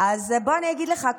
אז בוא אני אגיד לך,